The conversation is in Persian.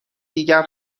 دیگر